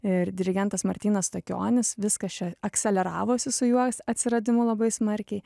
ir dirigentas martynas stakionis viskas čia akseleravosi su jo atsiradimu labai smarkiai